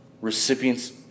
recipients